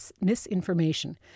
misinformation